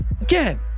again